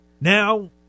Now